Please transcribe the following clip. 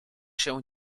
się